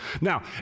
now